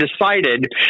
decided